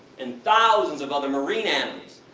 and thousands of other marine animals.